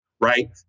right